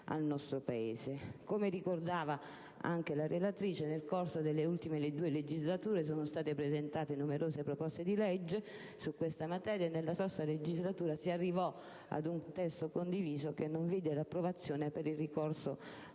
al nostro Paese. Come ricordava anche la relatrice, nel corso delle ultime due legislature sono state presentate numerose proposte di legge su questa materia e nella scorsa legislatura si è arrivati ad un testo condiviso che non ha visto l'approvazione per il ricorso